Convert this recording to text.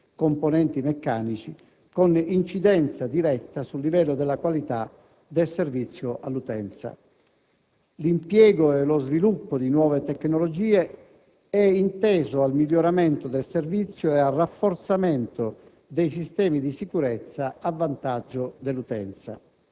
componenti meccanici, con incidenza diretta sul livello della qualità del servizio all'utenza. L'impiego e lo sviluppo di nuove tecnologie è inteso al miglioramento del servizio ed al rafforzamento dei sistemi di sicurezza a vantaggio dell'utenza.